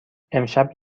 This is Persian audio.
امشب